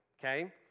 okay